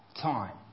time